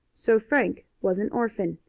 so frank was an orphan,